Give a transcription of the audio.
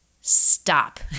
stop